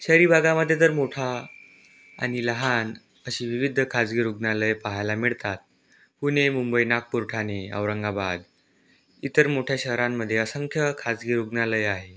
शहरी भागामध्ये जर मोठा आणि लहान अशी विविध खाजगी रुग्णालय पाहायला मिळतात पुणे मुंबई नागपूर ठाणे औरंगाबाद इतर मोठ्या शहरांमध्ये असंख्य खाजगी रुग्णालय आहे